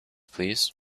please